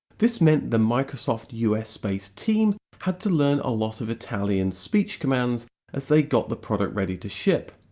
this meant the microsoft us-based team had to learn a lot of italian speech commands as they got the product ready to ship!